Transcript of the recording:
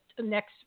next